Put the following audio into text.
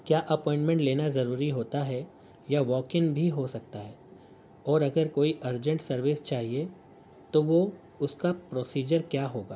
کیا اپوائنٹمنٹ لینا ضروری ہوتا ہے یا واک ان بھی ہو سکتا ہے اور اگر کوئی ارجنٹ سروس چاہیے تو وہ اس کا پروسیجر کیا ہوگا